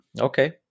Okay